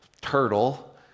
turtle